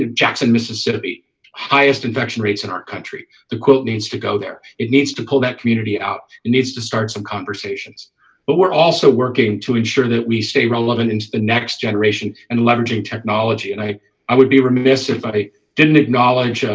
jackson, mississippi highest infection rates in our country the quote needs to go there it needs to pull that community out. it needs to start some conversations but we're also working to ensure that we stay relevant into the next generation and leveraging technology and i i would be remiss if i didn't acknowledge,